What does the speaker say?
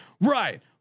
right